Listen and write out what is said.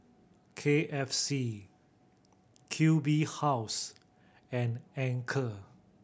K F C Q B House and Anchor